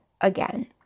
again